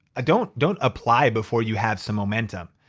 ah don't don't apply before you have some momentum.